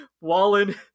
Wallen